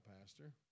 Pastor